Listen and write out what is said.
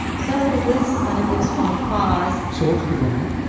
so this kind of gives one pause. so what could be going on?